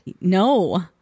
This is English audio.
no